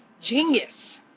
genius